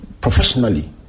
professionally